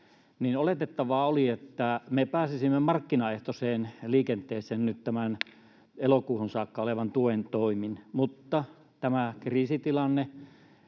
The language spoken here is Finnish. — oletettavaa oli, että me pääsisimme markkinaehtoiseen liikenteeseen nyt tämän elokuuhun saakka olevan tuen toimin, mutta tässä kriisitilanteessa